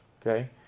okay